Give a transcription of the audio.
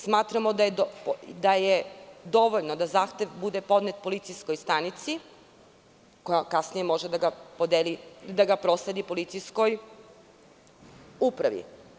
Smatramo da je dovoljno da zahtev bude podnet policijskoj stanici, koja kasnije može da ga prosledi policijskoj upravi.